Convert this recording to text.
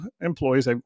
employees